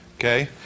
okay